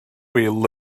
wil